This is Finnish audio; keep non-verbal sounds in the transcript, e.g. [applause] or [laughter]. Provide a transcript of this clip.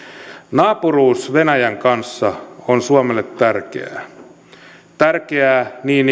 naapuruus venäjän kanssa on suomelle tärkeää tärkeää niin [unintelligible]